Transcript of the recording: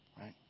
Right